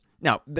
Now